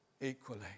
equally